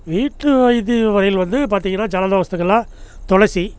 வீட்டு இது வகையில் வந்து பார்த்தீங்கன்னா ஜலதோசத்துக்கெல்லாம் துளசி